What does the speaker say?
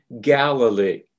Galilee